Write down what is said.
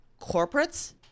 corporates